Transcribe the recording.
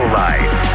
life